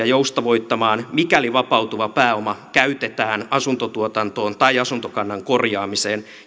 joustavoittamaan mikäli vapautuva pääoma käytetään asuntotuotantoon tai asuntokannan korjaamiseen